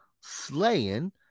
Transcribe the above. slaying